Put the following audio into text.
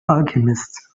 alchemist